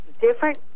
different